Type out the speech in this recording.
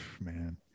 man